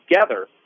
together